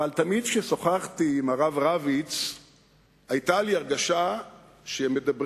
תמיד כששוחחתי עם הרב רביץ היתה לי הרגשה שמדברים